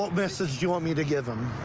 what message do you want me to give him?